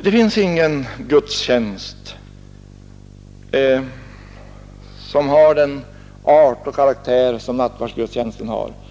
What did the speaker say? Det finns ingen gudstjänst som har den art och karaktär som nattvardsgudstjänsten har.